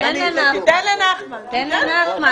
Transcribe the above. תודה רבה אדוני.